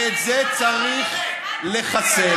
ואת זה צריך לחסל.